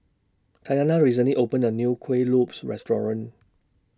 Tatyanna recently opened A New Kueh Lopes Restaurant